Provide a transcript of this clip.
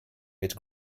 mit